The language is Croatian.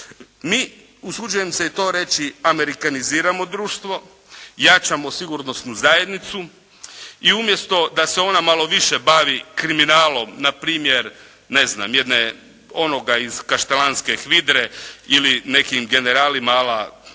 Mi, usuđujem se i to reći, amerikaniziramo društvo, jačamo sigurnosnu zajednicu i umjesto da se ona malo više bavi kriminalom, npr. ne znam jedne, onoga iz Kaštelanske HVIDRA-e ili nekim generali a la,